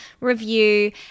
review